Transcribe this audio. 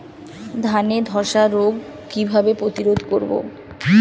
ধানে ধ্বসা রোগ কিভাবে প্রতিরোধ করব?